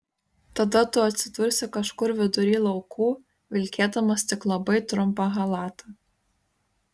tada tu atsidursi kažkur vidury laukų vilkėdamas tik labai trumpą chalatą